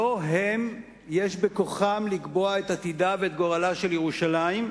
לא הם שבכוחם לקבוע את עתידה וגורלה של ירושלים.